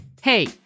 Hey